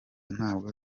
ntabwo